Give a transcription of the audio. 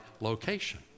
location